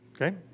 Okay